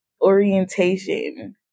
orientation